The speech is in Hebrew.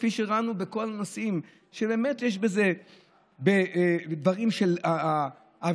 כפי שראינו בכל הנושאים שבאמת יש בהם דברים של אווירה,